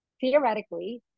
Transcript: theoretically